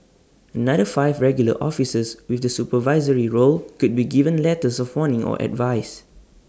another five regular officers with the supervisory roles could be given letters of warning or advice